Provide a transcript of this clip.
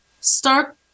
start